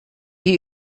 wir